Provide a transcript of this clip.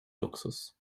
luxus